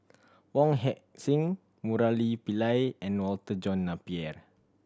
Wong Heck Sing Murali Pillai and Walter John Napier